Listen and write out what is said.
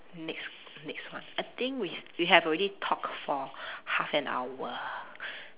next next one I think we we have already talk for half an hour